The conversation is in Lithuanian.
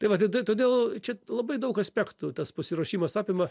tai va tai to todėl čia labai daug aspektų tas pasiruošimas apima